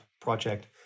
project